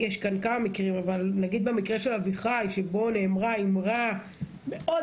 כמו במקרה של אביחי שבו נאמרה אמירה מאוד